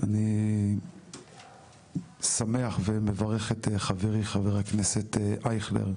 אני שמח ומברך את חברי, חבר הכנסת אייכלר,